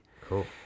Cool